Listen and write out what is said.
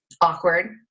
awkward